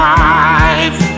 life